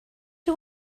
you